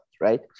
right